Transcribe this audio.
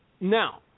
Now